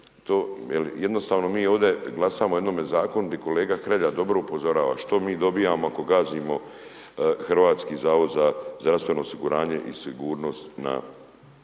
jednostavno mi ovdje glasamo o jednome zakonu gdje kolega Hrelja dobro upozorava. Što mi dobijamo ako gazimo Hrvatski zavod za zdravstveno osiguranje i sigurnost na